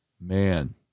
Man